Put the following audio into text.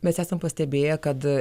mes esam pastebėję kad